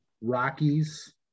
Rockies